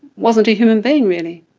wasn't a human being really.